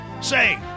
Say